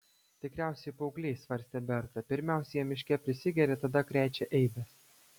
tikriausiai paaugliai svarstė berta pirmiausia jie miške prisigeria tada krečia eibes